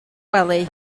wely